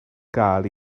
gael